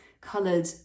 coloured